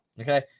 okay